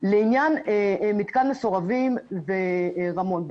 לעניין מתקן מסורבים ברמון.